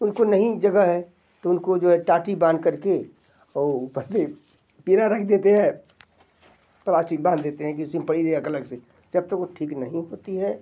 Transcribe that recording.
उनको नहीं जगह है तो उनको जो है ताटी बाँधकर के और ऊपर से पीढ़ा रख देते हैं प्लास्टिक बांध देते हैं कि उसी में पड़ी रहे एक अलग से जब तक वो ठीक नहीं होती है